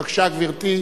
בבקשה, גברתי.